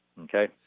Okay